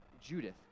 Judith